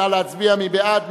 נא להצביע, מי בעד?